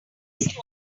list